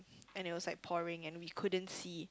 and it was like pouring and we couldn't see